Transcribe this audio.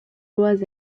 lois